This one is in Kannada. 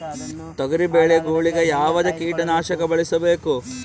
ತೊಗರಿಬೇಳೆ ಗೊಳಿಗ ಯಾವದ ಕೀಟನಾಶಕ ಬಳಸಬೇಕು?